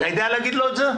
אתה יודע להגיד לו את זה?